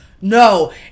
no